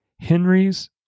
Henry's